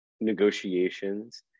negotiations